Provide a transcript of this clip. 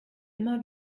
immer